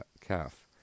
calf